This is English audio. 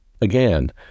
again